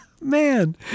Man